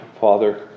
Father